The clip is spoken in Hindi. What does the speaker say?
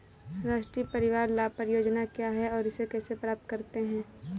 राष्ट्रीय परिवार लाभ परियोजना क्या है और इसे कैसे प्राप्त करते हैं?